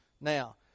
Now